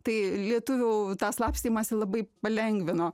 tai lietuvių tą slapstymąsi labai palengvino